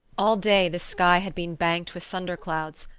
all day the sky had been banked with thunder-clouds,